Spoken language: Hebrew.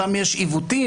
שם יש עיוותים?